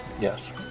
Yes